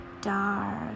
dark